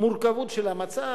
המורכבות של המצב.